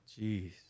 Jeez